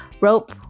Rope